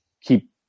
keep